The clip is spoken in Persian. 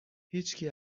هیچکی